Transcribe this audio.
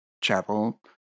chapel